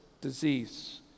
disease